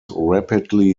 rapidly